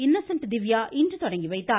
Innocent Divya இன்று தொடங்கி வைத்தார்